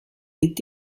est